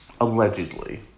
allegedly